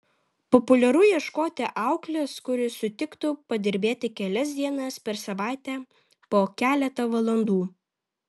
populiaru ieškoti auklės kuri sutiktų padirbėti kelias dienas per savaitę po keletą valandų